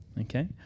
Okay